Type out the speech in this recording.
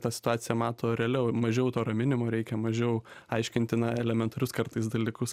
tą situaciją mato realiau ir mažiau to raminimo reikia mažiau aiškinti na elementarius kartais dalykus